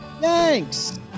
Thanks